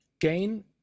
gain